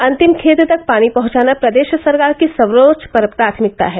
अंतिम खेत तक पानी पहॅचाना प्रदेश सरकार की सर्वोच्च प्राथमिकता है